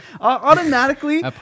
Automatically